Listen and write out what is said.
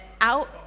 out